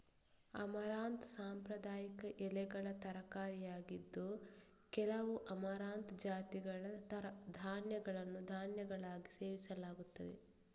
amaranth ಸಾಂಪ್ರದಾಯಿಕ ಎಲೆಗಳ ತರಕಾರಿಯಾಗಿದ್ದು, ಕೆಲವು ಅಮರಂಥ್ ಜಾತಿಗಳ ಧಾನ್ಯಗಳನ್ನು ಧಾನ್ಯಗಳಾಗಿ ಸೇವಿಸಲಾಗುತ್ತದೆ